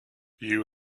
you